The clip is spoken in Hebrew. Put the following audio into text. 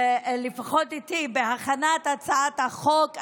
לפחות איתי, בהכנת הצעת החוק.